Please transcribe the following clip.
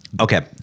Okay